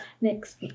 next